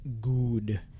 good